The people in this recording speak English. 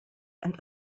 and